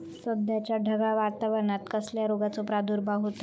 सध्याच्या ढगाळ वातावरणान कसल्या रोगाचो प्रादुर्भाव होता?